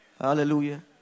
Hallelujah